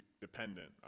dependent